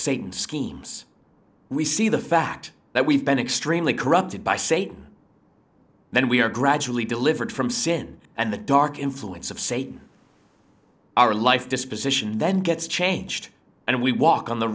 satan's schemes we see the fact that we've been extremely corrupted by satan then we are gradually delivered from sin and the dark influence of satan our life disposition then gets changed and we walk on the